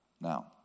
Now